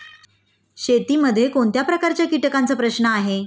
शेतीमध्ये कोणत्या प्रकारच्या कीटकांचा प्रश्न आहे?